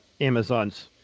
Amazon's